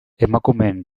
emakumeen